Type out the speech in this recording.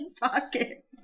pocket